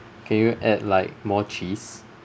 can you add like more cheese